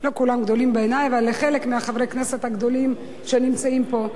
לא כולם גדולים בעיני אבל לחלק מחברי הכנסת הגדולים שנמצאים פה.